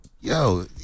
Yo